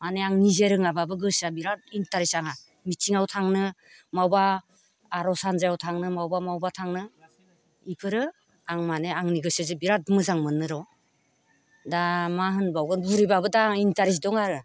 माने आं निजे रोङाबाबो गोसोआ बिरात इन्टारेस्ट आंहा मिथिङाव थांनो मावबा आरज हानजायाव थांनो मावबा मावबा थांनो बेफोरो आं माने आंनि गोसोजों बिरात मोजां मोनो र' दा मा होनबावगोन बुरैबाबो दा इन्टारेस्ट दं आरो